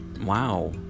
wow